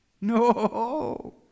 No